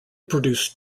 produce